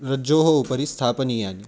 रज्जोः उपरि स्थापनीयानि